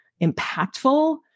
impactful